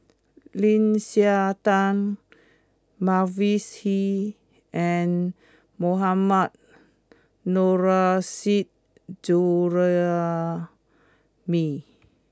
Lim Siah Tong Mavis Hee and Mohammad Nurrasyid Juraimi